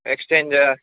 exchange